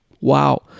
Wow